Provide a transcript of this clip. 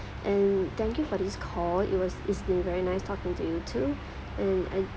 and thank you for this call it was it's been very nice talking to you too and and